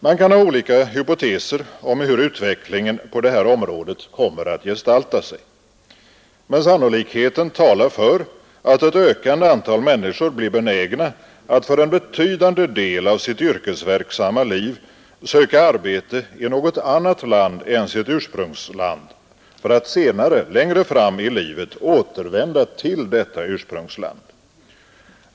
Man kan ha olika hypoteser om hur utvecklingen på detta område kommer att gestalta sig. Men sannolikheten talar för att ett ökande antal människor blir benägna att för en betydande del av sitt yrkesverksamma liv söka arbete i något annat land än sitt ursprungsland, för att senare längre fram i livet återvända till detta ursprungsland.